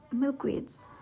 milkweeds